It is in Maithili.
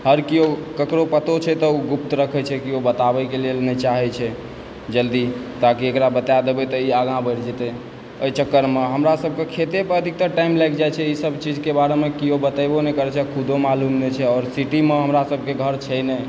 हर केओ ककरो पतो छै तऽ ओ गुप्त रखय छै केओ बताबयके लेल नहि चाहै छै जल्दी ताकि एकरा बता देबय तऽ ई आगाँ बढ़ि जेतय एहि चक्करमे हमरा सभकेँ खेते पर अधिकतर टाइम लागि जाइत छै एहिसभ चीजकेँ बारेमे केओ बतेबो नहि करैत छै खुदो मालूम नहि छै आओर सिटीमे हमरा सभकेँ घर छै नहि